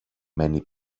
many